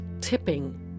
tipping